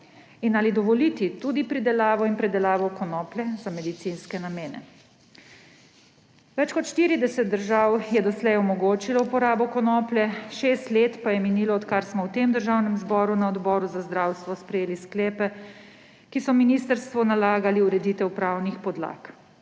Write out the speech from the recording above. in ali dovoliti tudi pridelavo in predelavo konoplje za medicinske namene. Več kot 40 držav je doslej omogočilo uporabo konoplje, šest let pa je minilo, odkar smo v Državnem zboru na Odboru za zdravstvo sprejeli sklepe, ki so ministrstvu nalagali ureditev pravnih podlag.